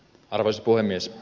arvoisa puhemies